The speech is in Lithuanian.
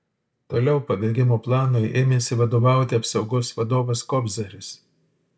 toliau pabėgimo planui ėmėsi vadovauti apsaugos vadovas kobzaris